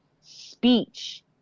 speech